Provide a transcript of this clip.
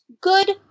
good